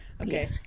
okay